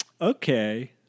Okay